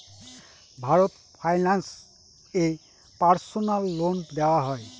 Bharat finance এ personal loan দেওয়া হয়?